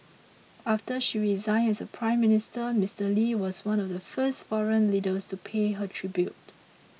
after she resigned as Prime Minister Mister Lee was one of the first foreign leaders to pay her tribute